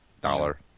dollar